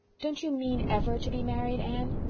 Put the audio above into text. don't you mean ever to be married, anne?